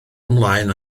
ymlaen